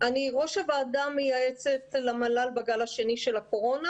אני ראש הוועדה המייעצת למל"ל בגל השני של הקורונה